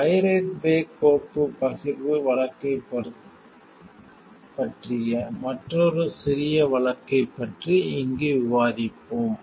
pirate Bay கோப்பு பகிர்வு வழக்கைப் பற்றிய மற்றொரு சிறிய வழக்கைப் பற்றி இங்கு விவாதிப்போம்